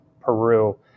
Peru